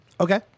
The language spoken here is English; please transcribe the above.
Okay